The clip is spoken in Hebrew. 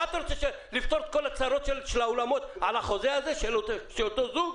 אתה רוצה לפתור את כל הצרות של האולמות על החוזה של אותו זוג?